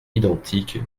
identique